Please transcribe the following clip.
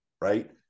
Right